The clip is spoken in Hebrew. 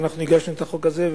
ואנחנו הגשנו את החוק הזה,